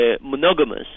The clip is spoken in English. monogamous